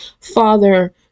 Father